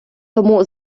тому